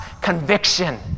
conviction